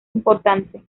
importante